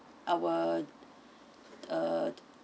our uh